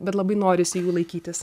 bet labai norisi jų laikytis